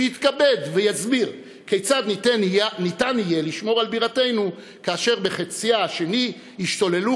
שיתכבד ויסביר כיצד ניתן יהיה לשמור על בירתנו כאשר בחציה השני ישתוללו,